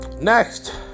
Next